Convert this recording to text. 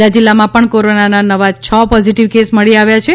ખેડા જિલ્લામાં પણ કોરોનાના નવા છ પોઝિટિવ કેસ મળી આવ્યા છે